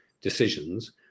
decisions